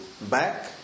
back